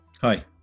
Hi